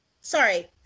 Sorry